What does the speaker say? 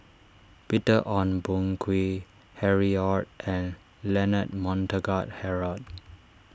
Peter Ong Boon Kwee Harry Ord and Leonard Montague Harrod